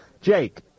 Jake